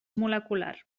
molecular